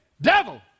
devil